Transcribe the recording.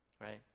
right